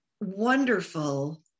wonderful